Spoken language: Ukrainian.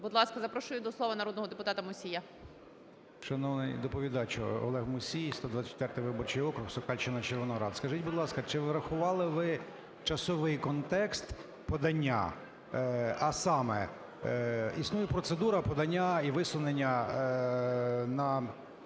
Будь ласка, запрошую до слова народного депутата Мусія. 16:18:29 МУСІЙ О.С. Шановний доповідачу! Олег Мусій, 124 виборчий округ, Сокальщина, Червоноград. Скажіть, будь ласка, чи врахували ви часовий контекст подання? А саме: існує процедура подання і висунення на